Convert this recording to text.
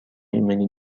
ایمنی